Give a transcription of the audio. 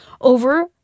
over